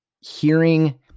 hearing